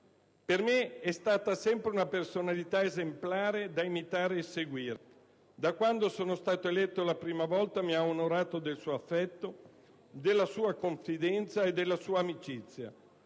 Per me, è sempre stata una personalità esemplare da imitare e seguire. Da quando sono stato eletto la prima volta mi ha onorato del suo affetto, della sua confidenza e della sua amicizia,